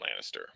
lannister